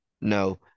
no